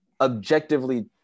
objectively